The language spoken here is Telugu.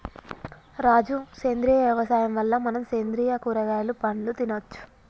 రాజు సేంద్రియ యవసాయం వల్ల మనం సేంద్రియ కూరగాయలు పండ్లు తినచ్చు